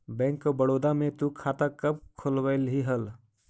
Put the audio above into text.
bank of Baroda में तु खाता कब खुलवैल्ही हल